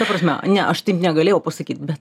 ta prasme ne aš taip negalėjau pasakyt bet